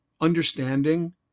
understanding